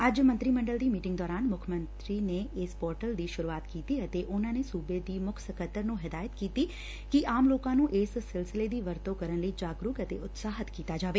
ਅੱਜ ਮੰਤਰੀ ਮੰਡਲ ਦੀ ਮੀਟਿੰਗ ਦੌਰਾਨ ਮੁੱਖ ਮੰਤਰੀ ਨੇ ਇਸ ਪੋਰਟਲ ਦੀ ਸੁਰੂਆਤ ਕੀਤੀ ਉਨ੍ਪਾ ਨੇ ਸੂਬੇ ਦੀ ਮੁੱਖ ਸਕੱਤਰ ਨੂੰ ਹਦਾਇਤ ਕੀਤੀ ਕਿ ਆਮ ਲੋਕਾਂ ਨੂੰ ਇਸ ਸਿਲਸਿਲੇ ਦੀ ਵਰਤੋਂ ਕਰਨ ਲਈਂ ਜਾਗਰੂਕ ਅਤੇ ਉਤਸ਼ਾਹਿਤ ਕੀਤਾ ਜਾਵੇ